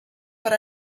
per